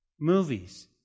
movies